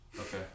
Okay